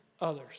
others